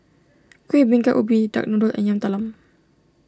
Kueh Bingka Ubi Duck Noodle and Yam Talam